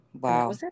Wow